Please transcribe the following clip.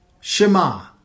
Shema